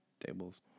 tables